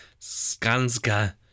Skanska